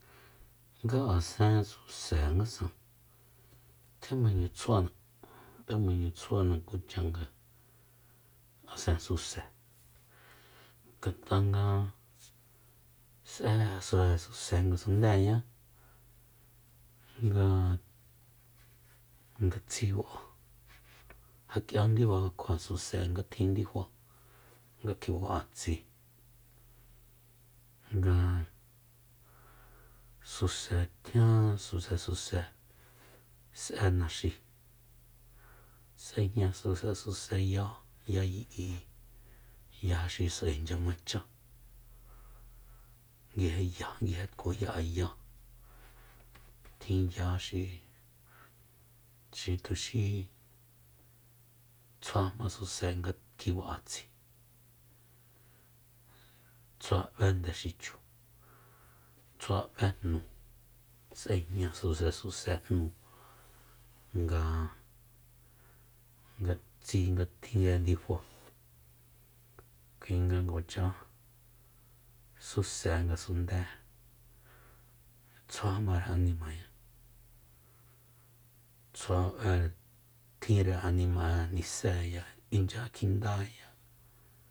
Nga aasen suse ngasa tjemañu tsjuana tjemañu tsjuana kucha nga asen suse ngat'a s'e susesuse ngasundéeñá nga tsi ba'a ja k'ia ndiba kjua suse nga tjin ndifa nga kji ba'a tsi nga suse tjian susesuse s'e naxi s'ejña susesuse ya ya yi'i ya xi s'ae inchya machá nguije ya nguje tkuya'eya tjin ya xi- xi tuxi tsjua ma sesu nga kjiba'a tsi tsjua b'é ndexichu tsjua b'é jnu s'ejña susesuse jnu nga tsi nga tjinre ndifa kuinga nga kuacha suse ngasundée tsjua mare animañá tsjua b'e tjinre anima'e niséeya inchya kjindaya